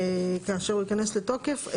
כאשר הוא ייכנס לתוקף,